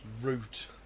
Root